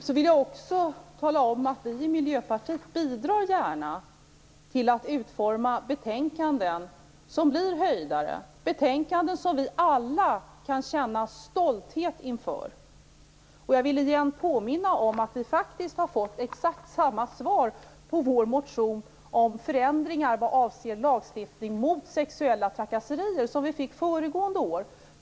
Jag vill också tala om att vi i Miljöpartiet gärna bidrar till att utforma betänkanden som blir "höjdare", betänkanden som vi alla kan känna stolthet inför. Jag vill igen påminna om att vi faktiskt har fått exakt samma svar på vår motion om förändringar vad avser lagstiftning mot sexuella trakasserier som vi fick föregående år.